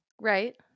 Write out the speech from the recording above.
Right